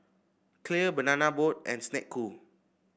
Clear Banana Boat and Snek Ku